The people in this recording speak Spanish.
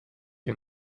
que